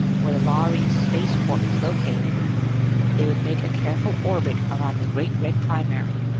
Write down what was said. where the lhari spaceport was located they would make a careful orbit around the great red primary,